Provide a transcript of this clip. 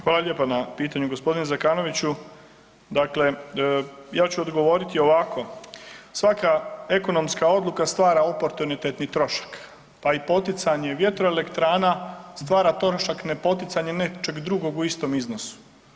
Hvala lijepa na pitanju gospodine Zekanoviću, dakle ja ću odgovoriti ovako, svaka ekonomska odluka stvara oportunitetni trošak pa i poticanje vjetroelektrana stvara trošak ne poticanja nečeg drugog u istom iznosu.